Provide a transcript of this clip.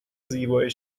زیبای